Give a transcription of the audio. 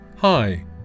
Hi